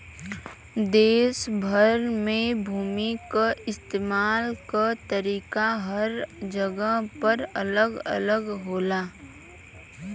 देस भर में भूमि क इस्तेमाल क तरीका हर जगहन पर अलग अलग होला